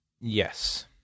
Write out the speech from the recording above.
Yes